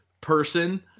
person